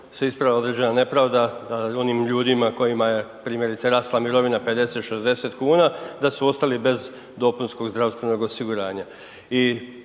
se ispravlja određena nepravda nad onim ljudima kojima je primjerice, rasla mirovina 50, 60 kuna, da su ostali bez dopunskog zdravstvenog osiguranja